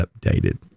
updated